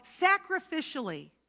sacrificially